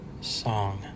song